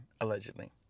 allegedly